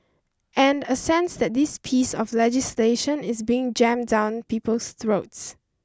and a sense that this piece of legislation is being jammed down people's throats